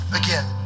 again